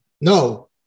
no